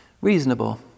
Reasonable